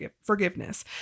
forgiveness